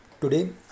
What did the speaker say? Today